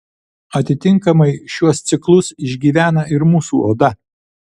atitinkamai šiuos ciklus išgyvena ir mūsų oda